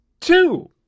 Two